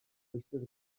eistedd